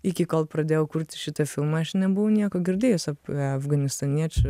iki kol pradėjau kurti šitą filmą aš nebuvau nieko girdėjus apie afganistaniečių